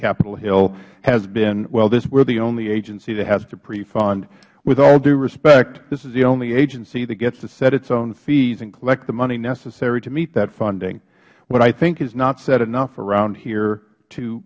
capitol hill has been well we are the only agency that has to pre fund with all due respect this is the only agency that gets to set its own fees and collect the money necessary to meet that funding what i think is not said enough around here to